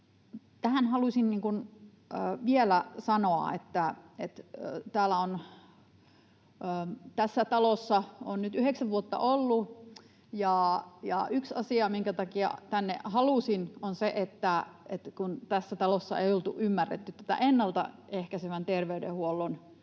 Tähän haluaisin vielä sanoa, että tässä talossa olen nyt yhdeksän vuotta ollut ja yksi asia, minkä takia tänne halusin, on se, että tässä talossa ei oltu ymmärretty ennalta ehkäisevän terveydenhuollon